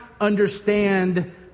understand